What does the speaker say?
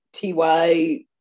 TY